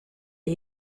est